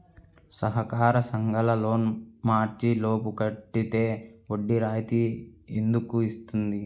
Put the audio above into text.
సహకార సంఘాల loan March లోపు కట్టితే వడ్డీ రాయితీ ఎందుకు ఇస్తుంది?